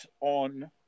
on